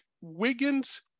Wiggins